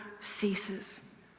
ceases